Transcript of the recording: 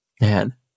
man